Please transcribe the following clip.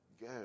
go